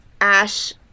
Ash